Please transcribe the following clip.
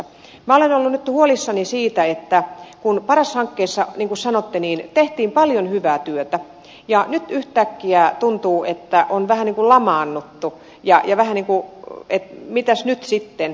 minä olen ollut nyt huolissani siitä että kun paras hankkeessa niin kuin sanoitte tehtiin paljon hyvää työtä niin nyt yhtäkkiä tuntuu että on vähän niin kuin lamaannuttu ja ollaan vähän niin kuin että mitäs nyt sitten